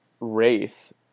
race